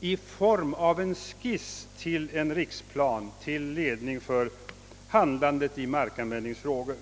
i form av en skiss till en riksplan till ledning för handlande i markanvändningsfrågor.